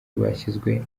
rwashyizwe